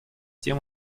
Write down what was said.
тем